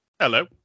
Hello